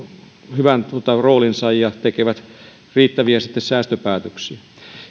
hyvän roolinsa ja tekevät sitten riittäviä säästöpäätöksiä